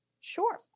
Sure